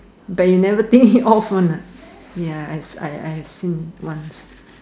that you never think of one lah ya yes I have seen once